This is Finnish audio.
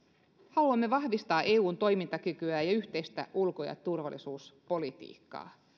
haluamme vahvistaa eun toimintakykyä ja yhteistä ulko ja turvallisuuspolitiikkaa